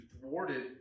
thwarted